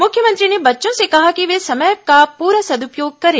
मुख्यमंत्री ने बच्चों से कहा कि वे समय का पूरा सदुपयोग करें